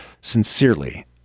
sincerely